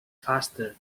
faster